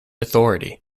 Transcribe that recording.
authority